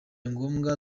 ngombwa